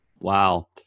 Wow